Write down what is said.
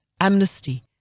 amnesty